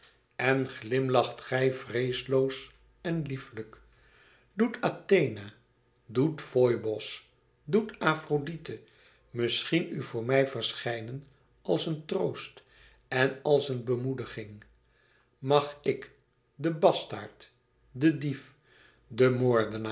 en glimlacht gij vreesloos en lieflijk doet athena doet foibos doet afrodite misschien u voor mij verschijnen als een troost en als een bemoediging mag ik de bastaard de dief de moordenaar